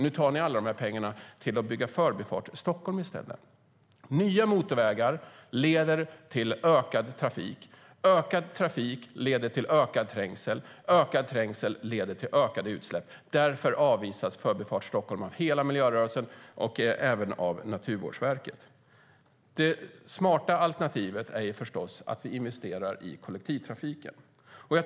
Nu tar ni alla de pengarna till att bygga Förbifart Stockholm i stället. Nya motorvägar leder till ökad trafik. Ökad trafik leder till ökad trängsel. Ökad trängsel leder till ökade utsläpp. Därför avvisas Förbifart Stockholm av hela miljörörelsen och även av Naturvårdsverket. Det smarta alternativet är förstås att vi investerar i kollektivtrafiken.